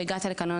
שהגעת לכאן,